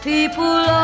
People